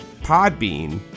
Podbean